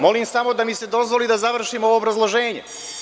Molim da mi se dozvoli da završim ovo obrazloženje.